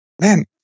man